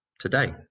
today